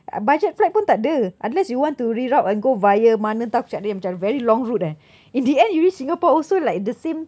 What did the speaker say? uh budget flight pun tak ada unless you want to reel up and go via mana entah aku cakap dengan dia macam a very long route eh in the end you reach singapore also like the same